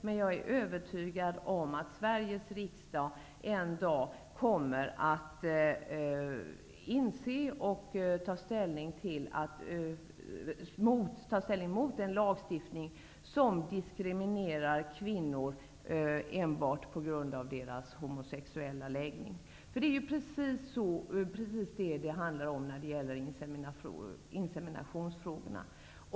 Men jag är övertygad om att Sveriges riksdag en dag kommer till insikt och tar ställning mot en lagstiftning som diskriminerar kvinnor enbart på grund av deras homosexuella läggning. Det är precis vad det handlar om i inseminationsfrågorna.